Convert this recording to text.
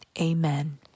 Amen